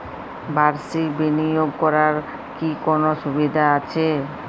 বাষির্ক বিনিয়োগ করার কি কোনো সুবিধা আছে?